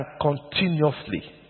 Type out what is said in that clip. continuously